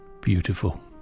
Beautiful